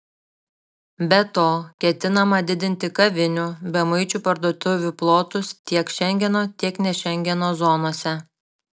be to ketinama didinti kavinių bemuičių parduotuvių plotus tiek šengeno tiek ne šengeno zonose